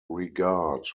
regard